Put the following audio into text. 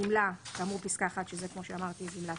לגמלה כאמור בפסקה (1)," שזה כמו שאמרתי גמלת